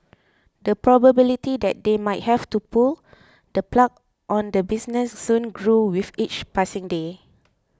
the probability that they might have have to pull the plug on the business soon grew with each passing day